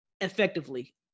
effectively